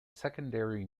secondary